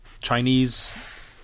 chinese